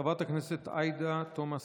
חברת הכנסת עאידה תומא סלימאן.